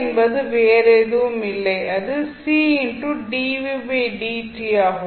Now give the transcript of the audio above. என்பது வேறு எதுவும் இல்லை அது ஆகும்